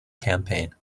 campaign